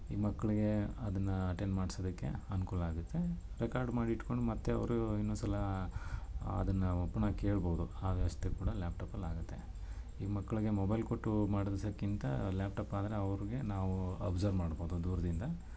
ಈ ಮಕ್ಕಳಿಗೆ ಅದನ್ನ ಅಟೆಂಡ್ ಮಾಡಿಸೋದಕ್ಕೆ ಅನುಕೂಲ ಆಗುತ್ತೆ ರೆಕಾರ್ಡ್ ಮಾಡಿಟ್ಕೊಂಡು ಮತ್ತು ಅವರು ಇನ್ನೊಂದ್ಸಲ ಅದನ್ನು ನಾವು ಪುನಃ ಕೇಳ್ಬೋದು ಆ ವ್ಯವಸ್ಥೆ ಕೂಡ ಲ್ಯಾಪ್ಟಾಪಲ್ಲಿ ಆಗುತ್ತೆ ಈಗ ಮಕ್ಕಳಿಗೆ ಮೊಬೈಲ್ ಕೊಟ್ಟೂ ಮಾಡಿಸೋಕಿಂತಾ ಲ್ಯಾಪ್ಟಾಪ್ ಆದರೆ ಅವ್ರಿಗೆ ನಾವು ಅಬ್ಸರ್ ಮಾಡ್ಬೋದು ದೂರದಿಂದ